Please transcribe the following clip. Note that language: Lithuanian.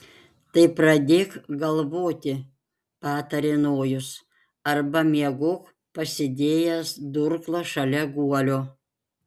tai pradėk galvoti patarė nojus arba miegok pasidėjęs durklą šalia guolio